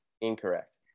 Incorrect